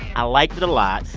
i like it a lot.